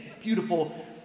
beautiful